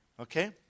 Okay